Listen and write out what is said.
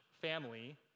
family